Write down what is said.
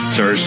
Sir